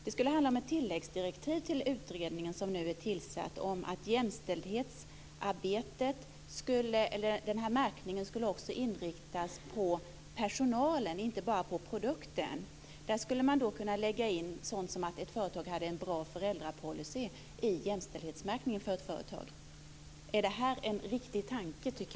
Det handlade om ett tilläggsdirektiv till den utredning som nu är tillsatt om att märkningen skulle inriktas på personalen, inte bara på produkten. Man skulle i jämställdhetsmärkningen för ett företag kunna lägga in sådant som att företaget har en bra föräldrapolicy. Tycker Margareta Winberg att detta är en riktig tanke?